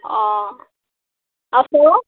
ଆଉ ପୁଅ